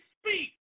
speak